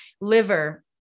Liver